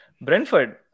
Brentford